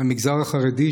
מהמגזר החרדי,